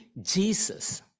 Jesus